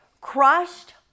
crushed